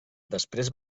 després